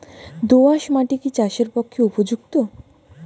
দোআঁশ মাটি কি চাষের পক্ষে উপযুক্ত?